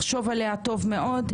לחשוב עליה טוב מאוד,